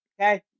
Okay